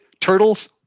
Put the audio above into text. turtles